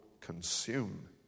consume